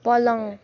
पलङ